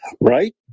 right